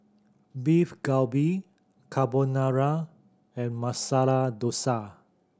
Beef Galbi Carbonara and Masala Dosa